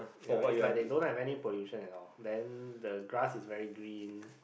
ya is like they don't have any pollution at all then the grass is very green